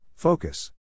Focus